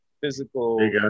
physical